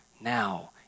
now